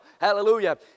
Hallelujah